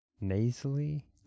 nasally